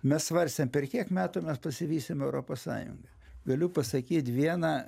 mes svarstėm per kiek metų mes pasivysim europos sąjungą galiu pasakyt vieną